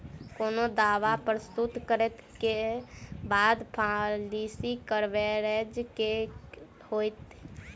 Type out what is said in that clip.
कोनो दावा प्रस्तुत करै केँ बाद पॉलिसी कवरेज केँ की होइत?